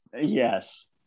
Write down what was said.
yes